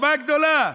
חוכמה גדולה.